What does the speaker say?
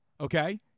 okay